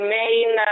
main